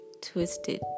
twisted